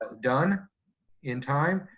done in time.